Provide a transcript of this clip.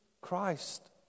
Christ